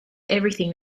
everything